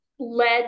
led